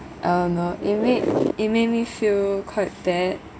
uh no it made it made me feel quite bad